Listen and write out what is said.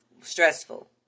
stressful